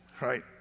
right